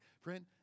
Friend